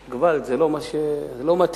געוואלד, זה לא מתאים.